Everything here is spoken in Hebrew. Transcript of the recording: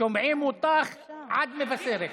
גם כשאתה מקבל,